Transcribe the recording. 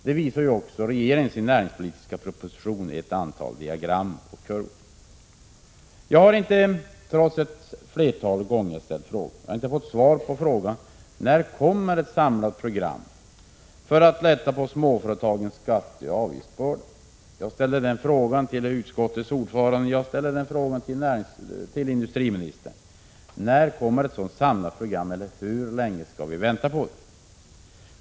Det visar ju också regeringen i ett antal diagram och kurvor i sin näringspolitiska proposition. Trots att jag ett flertal gånger har ställt en fråga har jag inte fått något svar på den. När kommer ett samlat program för att lätta på småföretagens skatteoch avgiftsbörda? Jag ställde den frågan till utskottets ordförande, och jag ställer den till industriministern. När kommer ett sådant samlat program? Hur länge skall vi vänta på det?